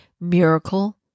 miracle